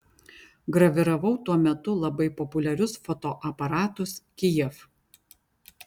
graviravau tuo metu labai populiarius fotoaparatus kijev